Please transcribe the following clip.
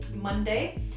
Monday